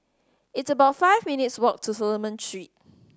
it's about five minutes' walk to Solomon Street